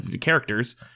characters